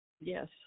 Yes